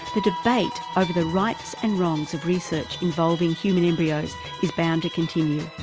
the debate over the rights and wrongs of research involving human embryos is bound to continue.